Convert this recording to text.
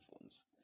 phones